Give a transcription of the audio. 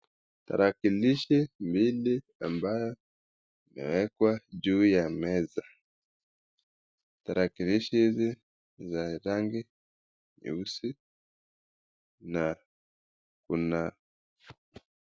Tarakilishi mbili ambayo yawekwa juu ya meza. Tarakilishi hizi za rangi nyeusi na kuna.